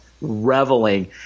reveling